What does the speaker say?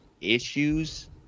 Issues